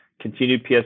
continued